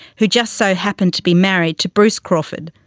who just so happened to be married to bruce crawford,